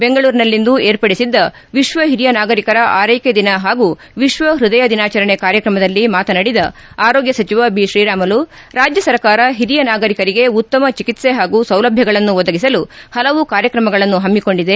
ಬೆಂಗಳೂರಿನಲ್ಲಿಂದು ಏರ್ಪಡಿಸಿದ್ದ ವಿಶ್ವ ಹಿರಿಯ ನಾಗರಿಕರ ಆರ್ಕೆಕ ದಿನ ಹಾಗೂ ವಿಶ್ವ ಹೃದಯ ದಿನಾಚರಣೆ ಕಾರ್ಯಕ್ರಮದಲ್ಲಿ ಮಾತನಾಡಿದ ಆರೋಗ್ಯ ಸಚಿವ ಬಿ ತ್ರೀರಾಮುಲು ರಾಜ್ಯ ಸರ್ಕಾರ ಹಿರಿಯ ನಾಗರಿಕರಿಗೆ ಉತ್ತಮ ಚಿಕಿತ್ಸೆ ಹಾಗೂ ಸೌಲಭ್ಯಗಳನ್ನು ಒದಗಿಸಲು ಹಲವು ಕಾರ್ಯಕ್ರಮಗಳನ್ನು ಹಮ್ನಿಕೊಂಡಿದೆ